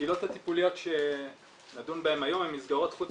הקהילות הטיפוליות שנדון בהן היום הן מסגרות חוץ